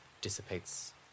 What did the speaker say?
dissipates